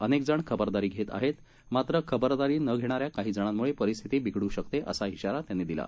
अनेकजण खबरदारी धेत आहेत मात्र खबरदारी न घेणाऱ्या काहीजणांमुळे परिस्थिती बिघडू शकते असा शिवा त्यांनी दिला